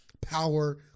power